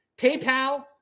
PayPal